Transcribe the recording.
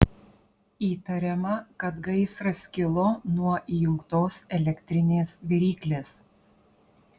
įtariama kad gaisras kilo nuo įjungtos elektrinės viryklės